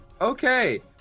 okay